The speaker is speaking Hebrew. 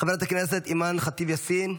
חברת הכנסת אימאן ח'טיב יאסין,